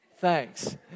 Thanks